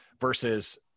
versus